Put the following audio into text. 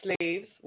Slaves